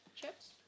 chips